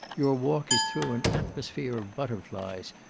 your walk is through an atmosphere of butterflies,